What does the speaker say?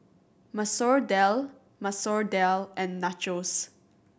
Masoor Dal Masoor Dal and Nachos